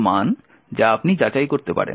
এর মান যা আপনি যাচাই করতে পারেন